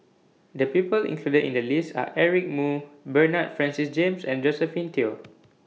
The People included in The list Are Eric Moo Bernard Francis James and Josephine Teo